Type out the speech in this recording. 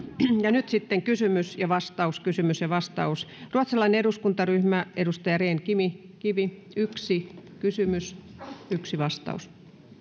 ja nyt sitten kysymys ja vastaus kysymys ja vastaus ruotsalainen eduskuntaryhmä edustaja rehn kivi kivi yksi kysymys yksi vastaus